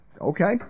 okay